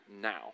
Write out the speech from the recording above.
now